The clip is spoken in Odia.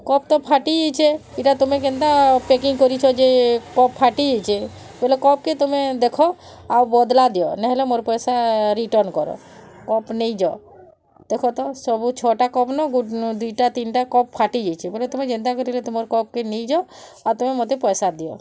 କପ୍ ତ ଫାଟିଚେ ଇଟା ତମେ କେନ୍ତା ପ୍ୟାକିଂ କରିଛ ଯେ କପ୍ ଫାଟିଯାଇଛେ ବଲେ କପ୍ କେ ତମେ ଦେଖ ଆଉ ବଦଲା ଦିଅ ନାଇଁହେଲେ ମୋର୍ ପଇସା ରିଟର୍ଣ୍ଣ କର କପ୍ ନେଇଯ ଦେଖତ ସବୁ ଛଅଟା କପ୍ ନୁ ଦୁଇଟା ତିନ୍ଟା କପ୍ ଫାଟି ଯାଇଚେ ବେଲେ ତମେ ଯେନ୍ତା ହେଲେ ତମର୍ କପ୍ କେ ନେଇଯାଅ ଆର୍ ତମେ ମୋତେ ପଇସା ଦିଅ